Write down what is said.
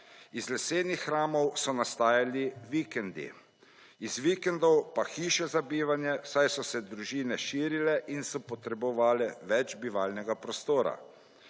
Iz lesenih hramov so nastajali vikendi, iz vikendov pa hiše za bivanje, saj so se družine širile in so potrebovale več bivalnega prostora.